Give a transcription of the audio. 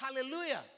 Hallelujah